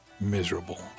miserable